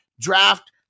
draft